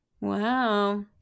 Wow